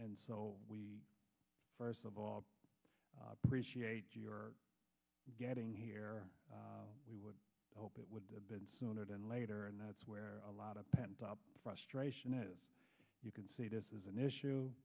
and so we first of all appreciate your getting here we would hope it would have been sooner than later and that's where a lot of pent up frustration is you can see this is an issue